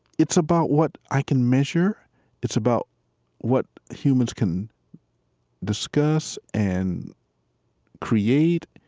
it's about what i can measure it's about what humans can discuss and create